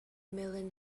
million